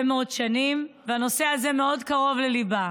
מאוד שנים והנושא הזה מאוד קרוב לליבה.